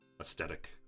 aesthetic